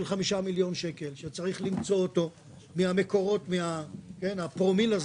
חמישה מיליון שקל מדובר על פרומיל,